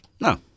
no